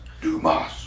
Dumas